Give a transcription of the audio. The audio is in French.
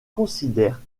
considère